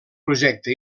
projecte